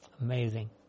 Amazing